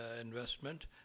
investment